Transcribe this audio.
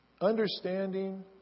understanding